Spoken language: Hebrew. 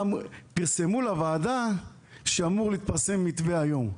פרסמו לוועדה שאמור להתפרסם מתווה היום.